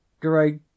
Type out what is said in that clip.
Great